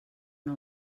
una